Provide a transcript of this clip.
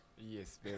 yes